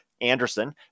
Anderson